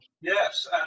yes